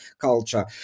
culture